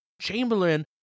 Chamberlain